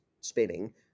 spinning